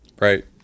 right